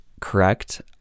correct